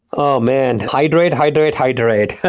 oh man! hydrate, hydrate, hydrate,